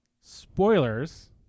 spoilers